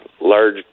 large